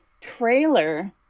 trailer